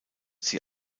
sie